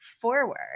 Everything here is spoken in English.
forward